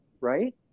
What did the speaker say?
right